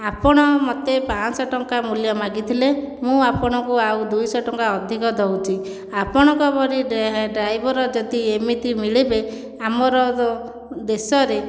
ଆପଣ ମୋତେ ପାଞ୍ଚଶହ ଟଙ୍କା ମୂଲ୍ୟ ମାଗିଥିଲେ ମୁଁ ଆପଣଙ୍କୁ ଆଉ ଦୁଇଶହ ଟଙ୍କା ଅଧିକ ଦେଉଛି ଆପଣଙ୍କ ଭଳି ଡ୍ରାଇଭର ଯଦି ଏମିତି ମିଳିବେ ଆମର ତ ଦେଶରେ